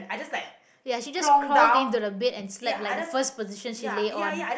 ya she just crawled into the bed and slept like the first position she lay on